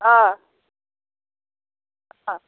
অ' অ'